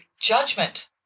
judgment